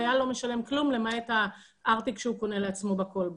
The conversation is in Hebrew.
החייל לא משלם כלום למעט הארטיק שהוא קונה לעצמו בכל בו,